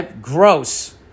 Gross